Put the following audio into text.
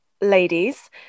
ladies